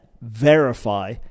verify